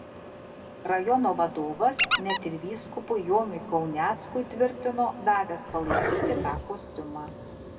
rajono vadovas net ir vyskupui jonui kauneckui tvirtino davęs palaikyti tą kostiumą